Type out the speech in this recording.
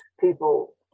people